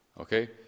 Okay